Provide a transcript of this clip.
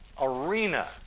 arena